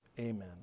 Amen